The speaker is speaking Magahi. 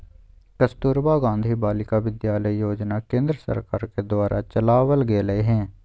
कस्तूरबा गांधी बालिका विद्यालय योजना केन्द्र सरकार के द्वारा चलावल गेलय हें